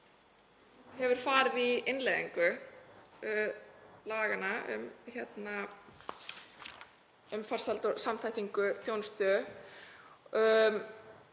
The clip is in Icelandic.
hefur farið í innleiðingu laganna um farsæld og samþættingu þjónustu.